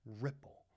ripple